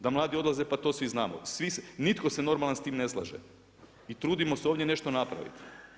Da mladi odlaze pa to svi znamo, nitko se normalan s time ne slaže i trudimo se ovdje nešto napraviti.